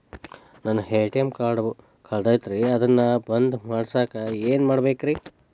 ನನ್ನ ATM card ಕಳದೈತ್ರಿ ಅದನ್ನ ಬಂದ್ ಮಾಡಸಾಕ್ ಏನ್ ಮಾಡ್ಬೇಕ್ರಿ?